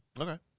Okay